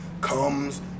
comes